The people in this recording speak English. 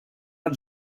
not